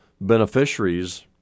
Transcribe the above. beneficiaries